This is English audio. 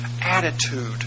attitude